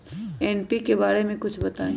NPK बारे म कुछ बताई?